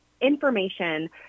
information